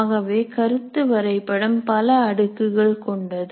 ஆகவே கருத்து வரைபடம் பல அடுக்குகள் கொண்டது